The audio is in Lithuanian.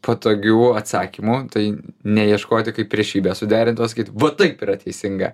patogių atsakymų tai neieškoti kai priešybės suderintos sakyt vat taip yra teisinga